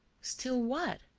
still what?